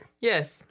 Yes